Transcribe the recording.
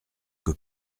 que